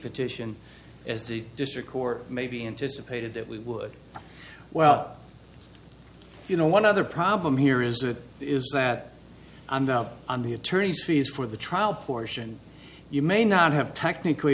petition as the district court may be anticipated that we would well you know one other problem here is that is that i'm not up on the attorney's fees for the trial portion you may not have technically